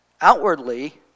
outwardly